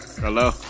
Hello